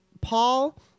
Paul